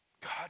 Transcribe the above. God